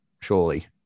surely